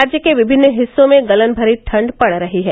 राज्य के विभिन्न हिस्सों में गलन भरी ठंड पड़ रही है